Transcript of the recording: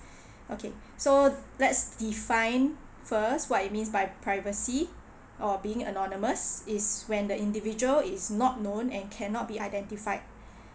okay so let's define first what it means by privacy or being anonymous is when the individual is not known and cannot be identified